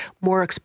more